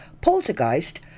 poltergeist